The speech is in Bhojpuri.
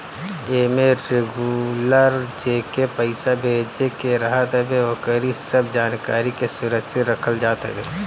एमे रेगुलर जेके पईसा भेजे के रहत हवे ओकरी सब जानकारी के सुरक्षित रखल जात हवे